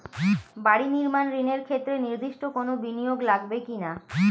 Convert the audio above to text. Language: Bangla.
বাড়ি নির্মাণ ঋণের ক্ষেত্রে নির্দিষ্ট কোনো বিনিয়োগ লাগবে কি না?